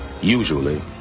Usually